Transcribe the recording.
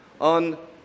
on